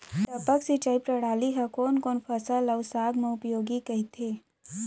टपक सिंचाई प्रणाली ह कोन कोन फसल अऊ साग म उपयोगी कहिथे?